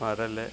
പരൽ